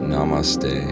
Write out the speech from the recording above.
Namaste